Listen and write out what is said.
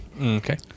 okay